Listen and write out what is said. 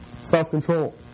self-control